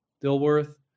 Dilworth